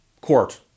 court